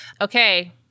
okay